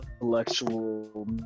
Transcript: intellectual